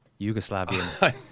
Yugoslavian